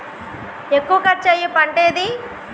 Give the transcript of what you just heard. ఎక్కువ ఖర్చు అయ్యే పంటేది?